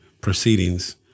proceedings